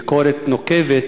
ביקורת נוקבת